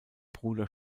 bruder